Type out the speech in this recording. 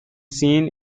seen